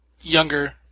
younger